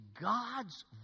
God's